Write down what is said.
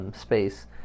space